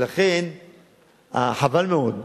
ולכן חבל מאוד,